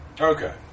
Okay